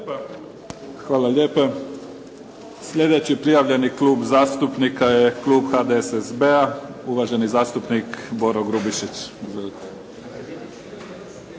Hvala lijepa. Slijedeći prijavljeni Klub zastupnika je klub HDSSB-a, uvaženi zastupnik Boro Grubišić.